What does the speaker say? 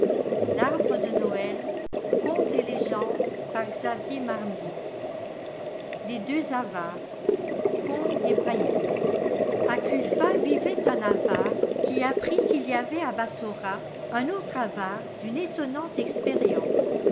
les deux avares conte hébraïque a kiifa vivait un avare qui apprit qu'il y avait à bassoia un autre avare d'une étonnante expérience